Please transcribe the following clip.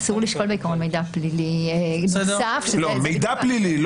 אסור לשקול בעיקרון מידע פלילי נוסף --- מידע פלילי,